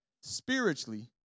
Spiritually